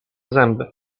zęby